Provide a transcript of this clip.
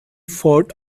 fought